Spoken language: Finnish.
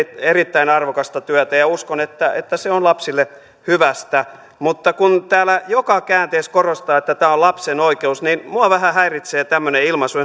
erittäin arvokasta työtä ja uskon että että se on lapsille hyvästä mutta kun täällä joka käänteessä korostetaan että tämä on lapsen oikeus niin minua vähän häiritsee tämmöinen ilmaisu